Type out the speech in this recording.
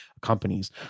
companies